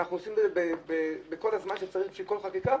ואנחנו עושים את זה עם כל הזמן שצריך בשביל כל חקיקה,